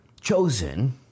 chosen